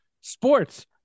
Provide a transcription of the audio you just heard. sports